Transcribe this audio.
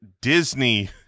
Disney